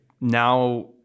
now